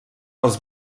als